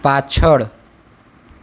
પાછળ